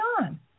on